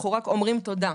אנחנו רק אומרים תודה.